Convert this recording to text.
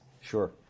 Sure